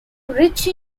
rich